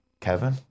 Kevin